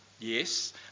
yes